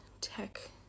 tech